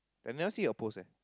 I never see get post